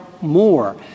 more